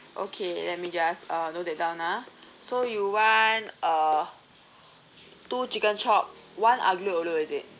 okay let me just uh note that down ah so you want uh two chicken chop one aglo-olio is it